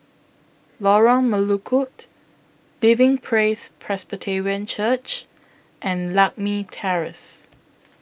Lorong Melukut Living Praise Presbyterian Church and Lakme Terrace